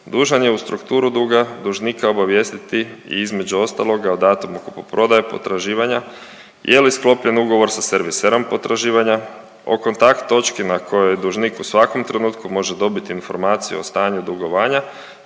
dužan je u strukturu duga dužnika obavijestiti i između ostaloga, o datumu kupoprodaje potraživanja, je li sklopljen ugovor sa serviserom potraživanja, o kontakt točki na kojoj dužnik u svakom trenutku može dobiti informaciju o stanju dugovanja